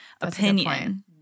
opinion